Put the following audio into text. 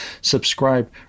subscribe